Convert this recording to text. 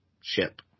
ship